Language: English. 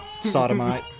Sodomite